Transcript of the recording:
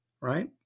right